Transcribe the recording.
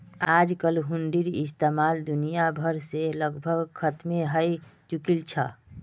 आजकल हुंडीर इस्तेमाल दुनिया भर से लगभग खत्मे हय चुकील छ